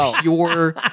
pure